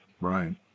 Right